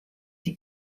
die